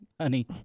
honey